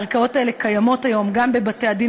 הערכאות האלה קיימות היום גם בבתי-הדין